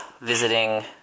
visiting